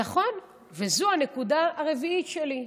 נכון, וזאת הנקודה הרביעית שלי.